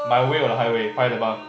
my way or the highway Paya-Lebar